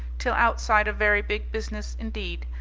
till outside of very big business, indeed,